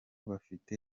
bafite